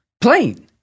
plane